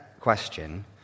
question